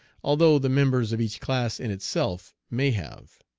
although the members of each class in itself may have.